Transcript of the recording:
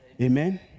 Amen